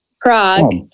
Prague